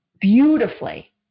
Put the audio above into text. beautifully